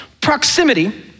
proximity